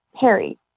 Harry